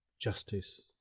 justice